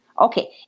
Okay